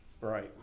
Right